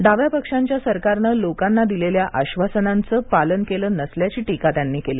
डाव्या पक्षांच्या सरकारनं लोकांना दिलेल्या आश्वासनांचं पालन केलं नसल्याची टीका त्यांनी केली